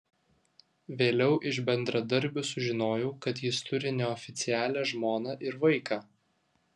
vėliau iš bendradarbių sužinojau kad jis turi neoficialią žmoną ir vaiką